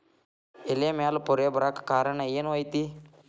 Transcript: ಎಲೆ ಮ್ಯಾಲ್ ಪೊರೆ ಬರಾಕ್ ಕಾರಣ ಏನು ಐತಿ?